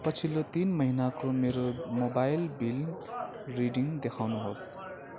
पछिल्लो तिन महिनाको मेरो मोबाइल बिल रिडिङ् देखाउनुहोस्